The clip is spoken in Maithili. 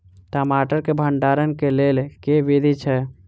टमाटर केँ भण्डारण केँ लेल केँ विधि छैय?